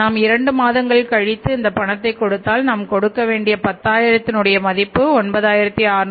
நாம் இரண்டு மாதங்கள் கழித்து பணத்தை கொடுத்தால் நாம் கொடுக்க வேண்டிய பத்தாயிரத்தினுடைய மதிப்பு 9672